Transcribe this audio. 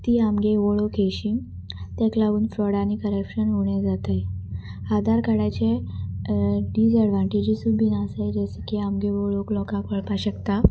ती आमगे वळख अशी ताका लागून फ्रॉड आनी करप्शन उणें जाताय आदार कार्डाचे डिसएडवानटेजीसूय बीन आसाय जशें की आमगे वळख लोकांक कळपाक शकता